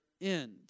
end